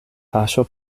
paŝo